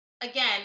again